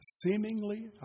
seemingly